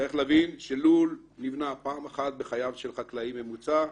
צריך להבין שלול נבנה פעם אחת בחייו של חקלאי ממוצע,